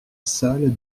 salle